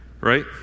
Right